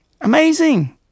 Amazing